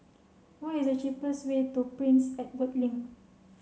what is the cheapest way to Prince Edward Link